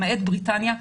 למעט בריטניה,